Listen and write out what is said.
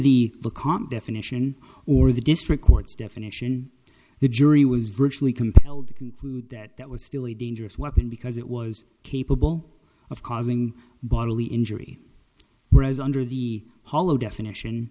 becalmed definition or the district court's definition the jury was virtually compelled to conclude that that was still a dangerous weapon because it was capable of causing bodily injury whereas under the hollow definition